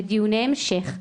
ודיוני המשך,